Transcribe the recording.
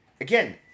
again